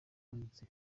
twanditse